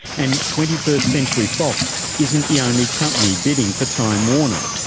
and twenty first century fox isn't the only company bidding for time warner,